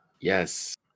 yes